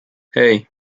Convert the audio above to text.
hey